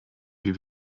wie